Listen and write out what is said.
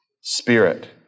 Spirit